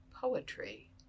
poetry